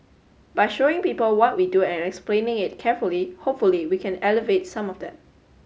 by showing people what we do and explaining it carefully hopefully we can alleviate some of that